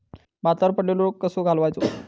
भातावर पडलेलो रोग कसो घालवायचो?